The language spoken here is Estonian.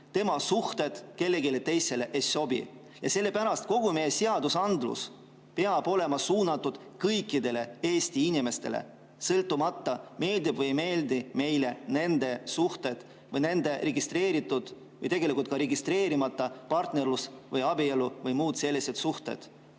tema suhted kellelegi teisele ei sobi. Sellepärast peab kogu meie seadusandlus olema suunatud kõikidele Eesti inimestele, sõltumata sellest, meeldivad või ei meeldi meile nende suhted või nende registreeritud või tegelikult ka registreerimata partnerlus või abielu või muud sellised suhted.